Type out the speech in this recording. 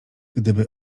gdyby